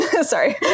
Sorry